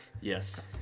Yes